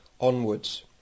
onwards